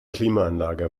klimaanlage